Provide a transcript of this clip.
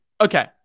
Okay